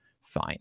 fine